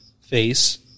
face